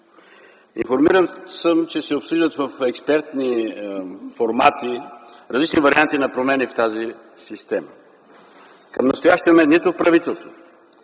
Информиран съм, че се обсъждат в експертни формати различни варианти на промени в тази система. Към настоящия момент нито правителството,